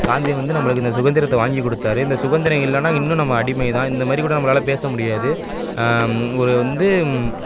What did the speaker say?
காந்தி வந்து நம்மளுக்கு இந்த சுதந்திரத்த வாங்கி கொடுத்தாரு இந்த சுதந்திரம் இல்லைன்னா இன்னும் நம்ம அடிமை தான் இந்தமாதிரி கூட நம்மளால் பேச முடியாது ஒரு வந்து